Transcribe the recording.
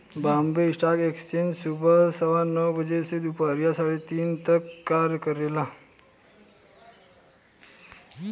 Bombay stock exchange सुबह सवा नौ बजे से दूपहरिया साढ़े तीन तक कार्य करेला